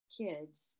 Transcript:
kids